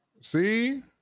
See